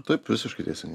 taip visiškai teisingai